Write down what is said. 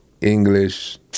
English